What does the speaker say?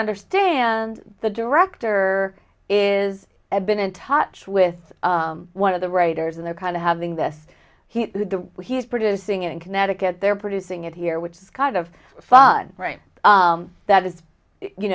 understand the director is been in touch with one of the writers and they're kind of having this he's the he's producing it in connecticut they're producing it here which is kind of fun right that is you